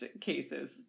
cases